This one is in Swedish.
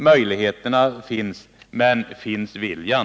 Möjligheterna finns. Men finns viljan?